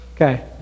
Okay